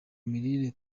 mirire